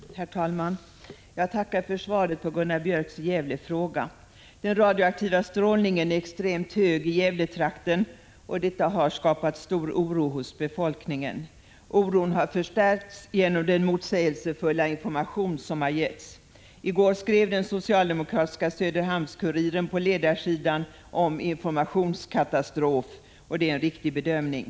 Herr talman! Jag tackar för svaret på Gunnar Björks i Gävle fråga. Den radioaktiva strålningen är extremt hög i Gävletrakten. Detta har skapat en stor oro hos befolkningen. Oron har förstärkts genom den motsägelsefulla information som har lämnats. I går talades på ledarsidan i den socialdemokratiska Söderhamns-kuriren om ”informationskatastrof”. Det är en riktig bedömning.